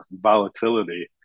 volatility